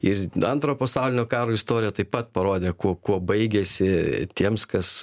ir antro pasaulinio karo istorija taip pat parodė kuo kuo baigėsi tiems kas